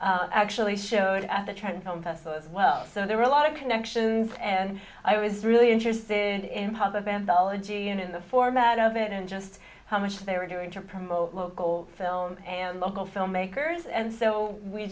actually showed the trend film festival as well so there were a lot of connections and i was really interested in how the band ology and in the format of it and just how much they were doing to promote local film and local filmmakers and so we